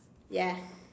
yes